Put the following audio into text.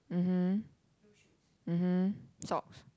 mmhmm mmhmm socks